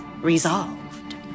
resolved